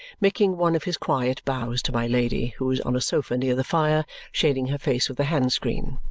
making one of his quiet bows to my lady, who is on a sofa near the fire, shading her face with a hand-screen.